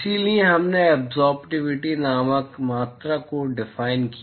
इसलिए हमने एब्ज़ोर्बटिविटी नामक मात्रा को डिफाइन किया